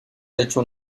hecho